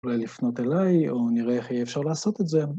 אולי לפנות אליי, או נראה איך יהיה אפשר לעשות את זה.